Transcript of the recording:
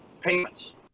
payments